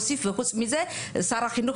בנוסף, שר החינוך